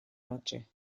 noche